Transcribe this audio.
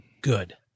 good